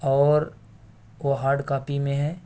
اور وہ hard copy میں ہے